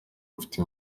mfite